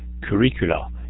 curricula